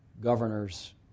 governors